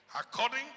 according